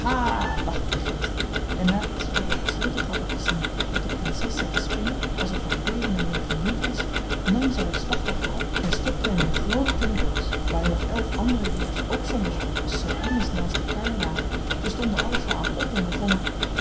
lachte de geest en nadat ze door het sleutelgat had gezien dat de prinses zat te spinnen alsof haar leven er mee gemoeid was nam ze haar slachtoffer op en stopte hem in een groote tinnen doos waarin nog elf andere ridders ook zonder hoofd als sardines naast elkaar lagen ze stonden alle twaalf op en begonnen een